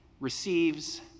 receives